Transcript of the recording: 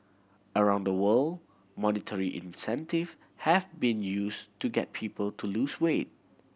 around the world monetary incentive have been used to get people to lose weight